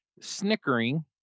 snickering